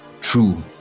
true